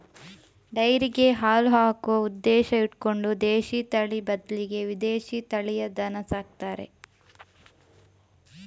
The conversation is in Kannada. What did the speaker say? ಡೈರಿಗೆ ಹಾಲು ಹಾಕುವ ಉದ್ದೇಶ ಇಟ್ಕೊಂಡು ದೇಶೀ ತಳಿ ಬದ್ಲಿಗೆ ವಿದೇಶೀ ತಳಿಯ ದನ ಸಾಕ್ತಾರೆ